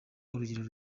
urugero